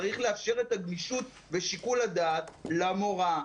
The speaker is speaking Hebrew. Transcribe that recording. צריך לאפשר את הגמישות ושיקול הדעת למורה,